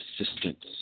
assistance